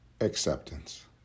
acceptance